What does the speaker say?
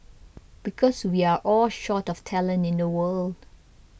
because we are all short of talent in the world